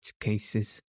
cases